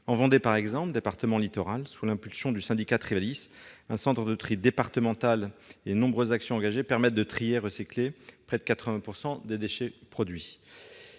En Vendée, département du littoral, sous l'impulsion du syndicat Trivalis, un centre de tri départemental et de nombreuses actions engagées permettent de trier et de recycler près de 80 % des déchets produits.